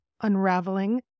Unraveling